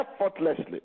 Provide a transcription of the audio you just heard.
effortlessly